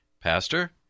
pastor